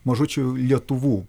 mažučių lietuvų